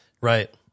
Right